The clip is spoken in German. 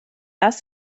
das